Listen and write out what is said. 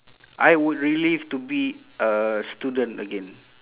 I would relive to be a student again